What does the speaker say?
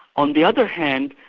on the other hand,